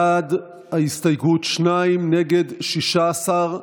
בעד ההסתייגות, שניים, נגד, 16,